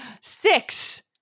Six